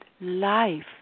life